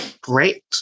Great